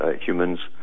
humans